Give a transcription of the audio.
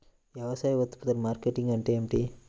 వ్యవసాయ ఉత్పత్తుల మార్కెటింగ్ అంటే ఏమిటి?